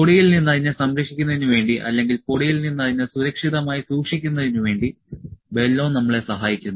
പൊടിയിൽ നിന്ന് അതിനെ സംരക്ഷിക്കുന്നതിന് വേണ്ടി അല്ലെങ്കിൽ പൊടിയിൽ നിന്ന് അതിനെ സുരക്ഷിതമായി സൂക്ഷിക്കുന്നതിന് വേണ്ടി ബെല്ലോ നമ്മളെ സഹായിക്കുന്നു